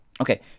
okay